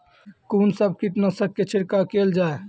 कून सब कीटनासक के छिड़काव केल जाय?